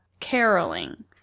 caroling